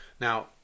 Now